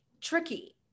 tricky